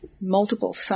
multiple